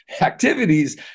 activities